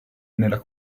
nella